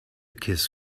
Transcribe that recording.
kiss